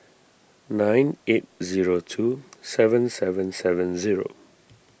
nine eight zero two seven seven seven zero